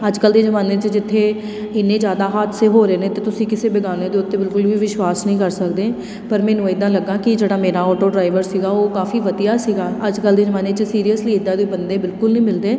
ਅੱਜ ਕੱਲ੍ਹ ਦੇ ਜ਼ਮਾਨੇ 'ਚ ਜਿੱਥੇ ਇੰਨੇ ਜਿਆਦਾ ਹਾਦਸੇ ਹੋ ਰਹੇ ਨੇ ਅਤੇ ਤੁਸੀਂ ਕਿਸੇ ਬੇਗਾਨਿਆਂ ਦੇ ਉੱਤੇ ਬਿਲਕੁਲ ਵੀ ਵਿਸ਼ਵਾਸ ਨਹੀਂ ਕਰ ਸਕਦੇ ਪਰ ਮੈਨੂੰ ਐਦਾਂ ਲੱਗਾ ਕਿ ਜਿਹੜਾ ਮੇਰਾ ਅੋਟੋ ਡਰਾਈਵਰ ਸੀਗਾ ਉਹ ਕਾਫੀ ਵਧੀਆ ਸੀਗਾ ਅੱਜ ਕੱਲ੍ਹ ਦੇ ਜ਼ਮਾਨੇ 'ਚ ਸੀਰੀਅਸਲੀ ਇੱਦਾਂ ਦੇ ਬੰਦੇ ਬਿਲਕੁਲ ਨਹੀਂ ਮਿਲਦੇ